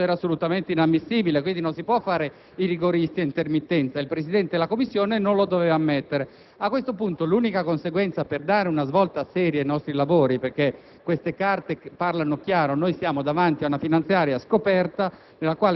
se l'emendamento è stato votato, così come risulta, scoperto, vuol dire che era assolutamente inammissibile, quindi, non si può fare i rigoristi ad intermittenza: il Presidente della Commissione non lo doveva ammettere. Aquesto punto, occorre dare una svolta seria ai nostri lavori, perché